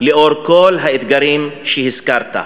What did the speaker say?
לאור כל האתגרים שהזכרת.